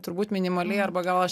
turbūt minimaliai arba gal aš